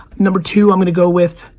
number two, i'm gonna go with,